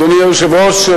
אדוני היושב-ראש,